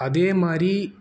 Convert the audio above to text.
அதே மாதிரி